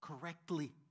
correctly